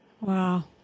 Wow